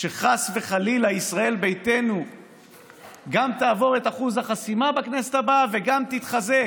שחס וחלילה ישראל ביתנו גם תעבור את אחוז החסימה בכנסת הבאה וגם תתחזק.